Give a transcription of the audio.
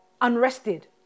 unrested